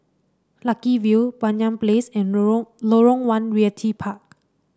Lucky View Banyan Place and Lorong Lorong One Realty Park